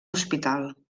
hospital